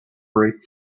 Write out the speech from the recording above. break